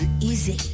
easy